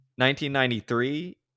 1993